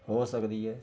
ਹੋ ਸਕਦੀ ਹੈ